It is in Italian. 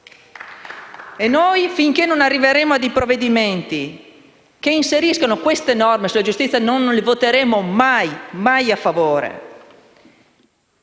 Finché non arriveranno provvedimenti che inseriscano queste norme sulla giustizia, non voteremo mai a favore.